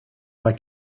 mae